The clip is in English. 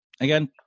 again